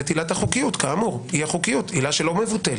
נטילת החוקיות אי החוקיות עילה שלא מבוטלת,